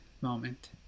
moment